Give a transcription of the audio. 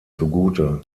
zugute